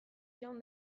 iraun